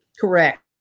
correct